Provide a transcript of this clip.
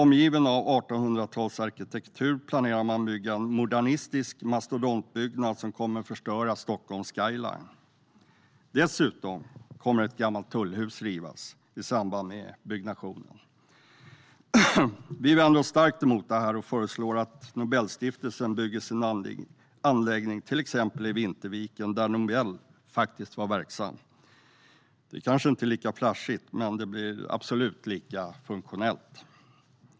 Man planerar att bygga en modernistisk mastodontbyggnad, omgiven av 1800-talsarkitektur. Den kommer att förstöra Stockholms skyline. Dessutom kommer ett gammalt tullhus att rivas i samband med byggnationen. Vi vänder oss starkt emot det och föreslår att Nobelstiftelsen bygger sin anläggning i till exempel Vinterviken, där Nobel faktiskt var verksam. Det kanske inte är lika flashigt, men det blir absolut lika funktionellt.